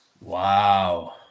Wow